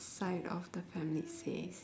side of the family says